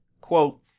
Quote